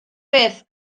beth